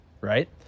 right